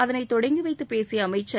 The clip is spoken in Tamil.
அதனை தொடங்கி வைத்து பேசிய அளமச்சர்